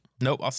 Nope